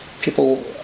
people